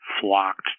flocked